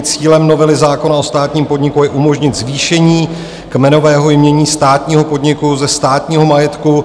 Cílem novely zákona o státním podniku je umožnit zvýšení kmenového jmění státního podniku ze státního majetku.